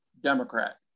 Democrat